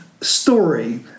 story